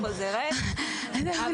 חוזרת, חוזרת.